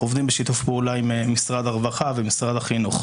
אנחנו עובדים בשיתוף פעולה עם משרד הרווחה ומשרד החינוך.